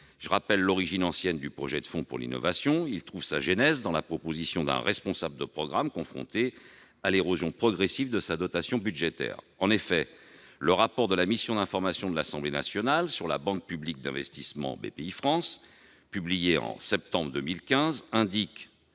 Je rappelle l'origine ancienne du projet de fonds pour l'innovation. Il trouve sa genèse dans la proposition d'un responsable de programme confronté à l'érosion progressive de sa dotation budgétaire. En effet, le rapport de la mission d'information de l'Assemblée nationale sur la banque publique d'investissement Bpifrance publié en septembre 2015 indique